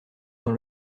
dans